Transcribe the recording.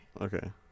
okay